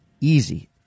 easy